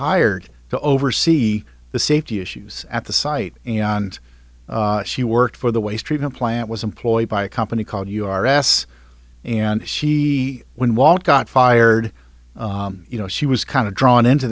hired to oversee the safety issues at the site and she worked for the waste treatment plant was employed by a company called you are ass and she when walt got fired you know she was kind of drawn into